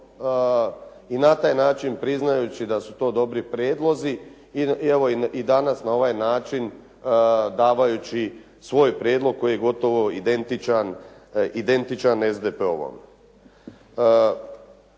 i na taj način priznajući da su to dobri prijedlozi. Evo i danas na ovaj način davajući svoj prijedlog koji je gotovo identičan SDP-ovom.